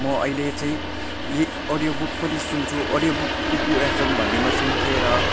म अहिले चाहिँ लि अडियो बुक पनि सुन्छु अडियो बुक कुकु एफएम भन्नेमा सुन्थेँ र